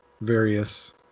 various